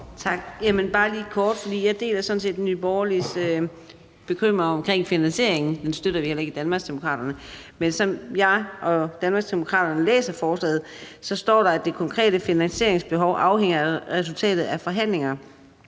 er bare lige et kort spørgsmål. Jeg deler sådan set Nye Borgerliges bekymringer omkring finansieringen; den støtter vi heller ikke i Danmarksdemokraterne, men som jeg og Danmarksdemokraterne læser forslaget, står der, at det konkrete finansieringsbehov afhænger af resultatet af forhandlinger,